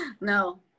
no